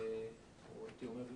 או הייתי אומר,